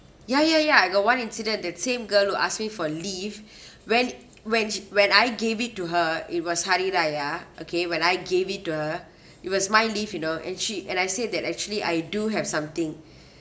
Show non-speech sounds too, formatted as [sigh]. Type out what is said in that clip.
ya ya ya I got one incident that same girl who asked me for leave [breath] when when she when I gave it to her it was hari raya okay when I gave it to her [breath] it was my leave you know and she and I said that actually I do have something [breath]